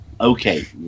okay